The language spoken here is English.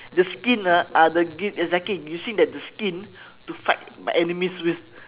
the skin ah are the exactly using that the skin to fight my enemies with